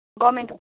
government